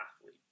athlete